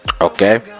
Okay